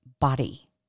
body